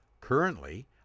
Currently